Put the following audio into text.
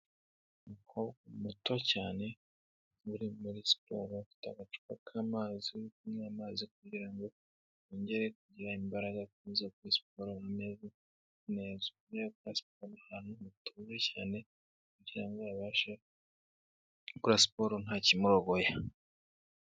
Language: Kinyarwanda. Umukobwa muto cyane uri muri siporo, afite agacupa k'amazi, ari kunywa amazi kugira ngo yongere kugira imbaraga akomeze gukora siporo ameze neza, arimo arakorera siporo ahantu hatuje cyane kugirango abashe gukora siporo ntakimurogoya.